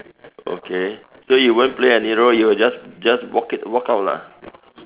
okay so you won't play any role you will just just walk it walk out lah